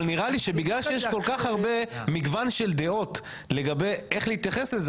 אבל נראה לי שבגלל שיש כל כך הרבה מגוון של דעות לגבי איך להתייחס לזה,